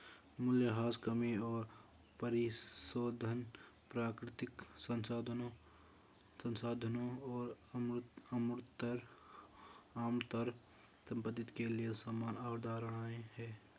मूल्यह्रास कमी और परिशोधन प्राकृतिक संसाधनों और अमूर्त संपत्ति के लिए समान अवधारणाएं हैं